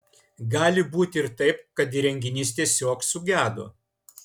gali būti ir taip kad įrenginys tiesiog sugedo